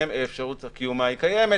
שאפשרות קיומה קיימת,